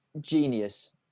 genius